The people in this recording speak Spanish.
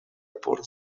por